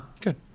good